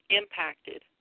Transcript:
impacted